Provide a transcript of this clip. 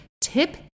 tip